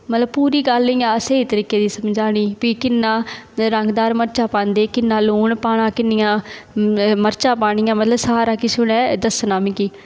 मतलब पूरी गल्ल इ'यां स्हेई तरीके दी समझानी फ्ही किन्ना रंग दार मर्चा पांदे किन्ना लून पाना किन्नियां मर्चां पानियां मतलब सारा किश उ'नें दस्सना मिगी